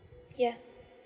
yeah